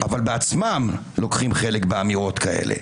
אבל בעצמם לוקחים חלק באמירות כאלה.